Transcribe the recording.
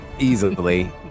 easily